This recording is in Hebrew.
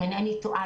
אם אינני טועה,